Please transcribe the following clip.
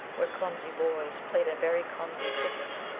where clumsy boys played a very clumsy cricket.